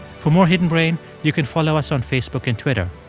for more hidden brain, you can follow us on facebook and twitter.